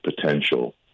potential